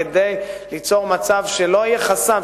כדי ליצור מצב שלא יהיה חסם,